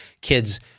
kids